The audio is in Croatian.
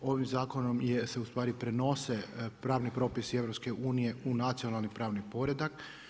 Ovim zakonom se ustvari prenose pravni propisi EU u nacionalni pravni poredak.